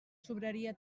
sobraria